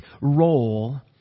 role